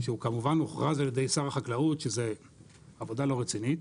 שהוא כמובן הוכרז על ידי שר החקלאות שזה עבודה לא רצינית